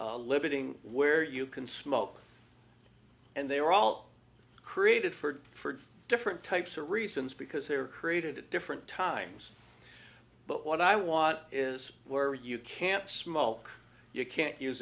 a limiting where you can smoke and they were all created for different types of reasons because they were created at different times but what i want is where you can't smoke you can't use